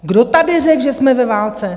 Kdo tady řekl, že jsme ve válce?